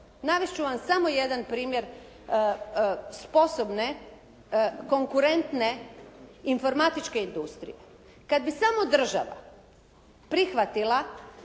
Navest ću vam samo jedan primjer sposobne konkurentne informatičke industrije. Kad bi samo država prihvatila